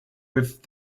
with